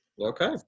okay